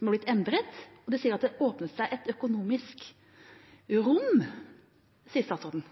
har blitt endret? Det har «åpnet seg et økonomisk rom», sier statsråden.